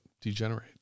Degenerate